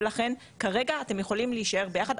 ולכן כרגע אתם יכולים להישאר ביחד,